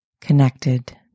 connected